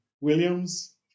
Williams